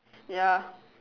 ya